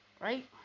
right